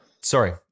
Sorry